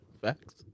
Facts